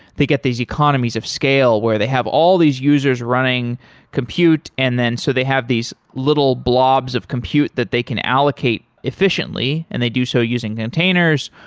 they get these economies of scale where they have all these users running compute, and then so they have these little blobs of compute that they can allocate efficiently, and they do so using containers.